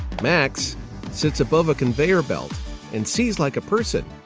max sits above a conveyor belt and sees like a person.